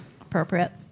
Appropriate